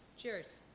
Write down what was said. Cheers